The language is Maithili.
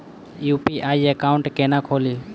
यु.पी.आई एकाउंट केना खोलि?